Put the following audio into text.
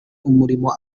umurimo